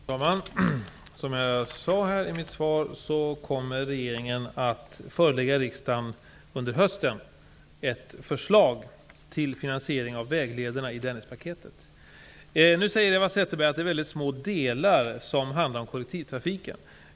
Fru talman! Som jag sade i mitt svar kommer regeringen att under hösten förelägga riksdagen ett förslag till finansiering av väglederna i Nu säger Eva Zetterberg att det är små delar som handlar om kollektivtrafiken.